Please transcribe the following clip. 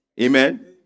Amen